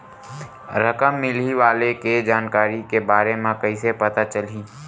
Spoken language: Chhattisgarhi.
रकम मिलही वाले के जानकारी के बारे मा कइसे पता चलही?